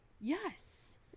Yes